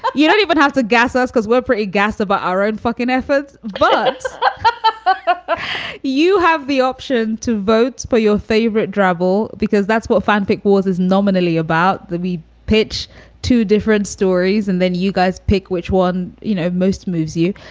but you don't even have to gas us because we're pretty gassed about our own fucking efforts but you have the option to vote for your favorite driver because that's what fanfic wars is nominally about. the we pitch to different stories and then you guys pick which one, you know, most moves you.